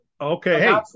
Okay